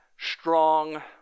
strong